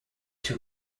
two